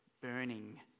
burning